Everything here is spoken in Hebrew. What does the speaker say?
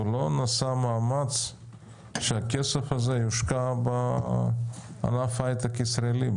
ולא נעשה מאמץ שהכסף הזה יושקע בענף ההייטק הישראלי,